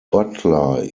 butler